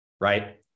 right